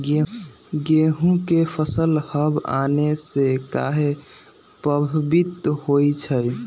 गेंहू के फसल हव आने से काहे पभवित होई छई?